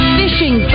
fishing